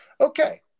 Okay